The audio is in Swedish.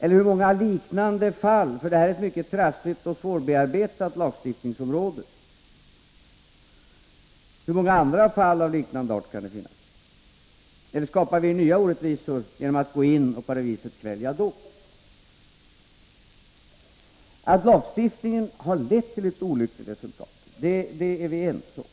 Eller hur många andra liknande fall — för det här är ett mycket trassligt och svårbearbetat lagstiftningsområde — kan det finnas? Skapar vi nya orättvisor genom att i det aktuella fallet kvälja dom? Att lagstiftningen har lett till ett olyckligt resultat är vi ense om.